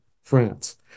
France